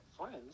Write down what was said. friends